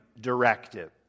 directive